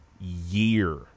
year